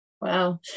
Wow